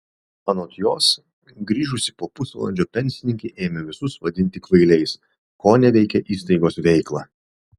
anot jos grįžusi po pusvalandžio pensininkė ėmė visus vadinti kvailiais koneveikė įstaigos veiklą